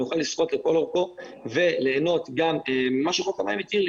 אני אוכל לשחות לכל אורכו וליהנות גם ממה שחוק המים התיר לי,